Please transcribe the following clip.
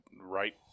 right